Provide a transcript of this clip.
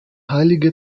heilige